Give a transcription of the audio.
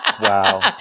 Wow